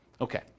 Okay